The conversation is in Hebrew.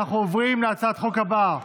אנחנו עוברים להצעת החוק הבאה,